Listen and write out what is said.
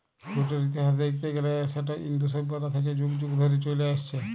জুটের ইতিহাস দ্যাইখতে গ্যালে সেট ইন্দু সইভ্যতা থ্যাইকে যুগ যুগ ধইরে চইলে আইসছে